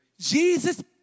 Jesus